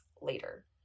later